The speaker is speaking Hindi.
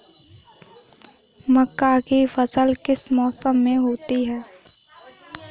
मक्का की फसल किस मौसम में होती है?